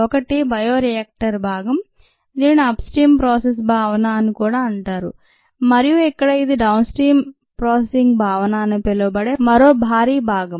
ఒకటి bioreactor భాగం దీనిని అప్ స్ట్రీమ్ ప్రాసెస్ భావన అని కూడా అంటారు మరియు ఇక్కడ ఇది డౌన్ స్ట్రీమ్ ప్రాసెసింగ్ భావన అని పిలవబడే మరో భారీ భాగం